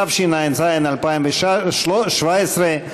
התשע"ז 2017,